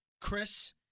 Chris